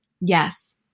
Yes